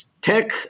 tech